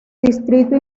distrito